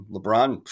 LeBron